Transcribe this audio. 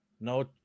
No